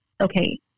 okay